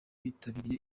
bitabiriye